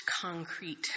concrete